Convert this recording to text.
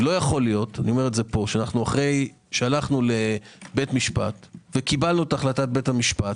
לא ייתכן שאחרי שהלכנו לבית משפט וקיבלו את החלטת בית המשפט